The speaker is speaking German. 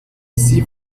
sie